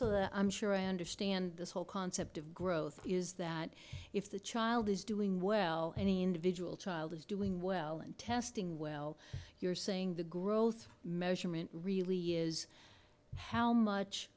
just i'm sure i understand this whole concept of growth is that if the child is doing well any individual child is doing well and testing well you're seeing the growth measurement really is how much